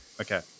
Okay